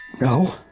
No